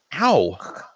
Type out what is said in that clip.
Ow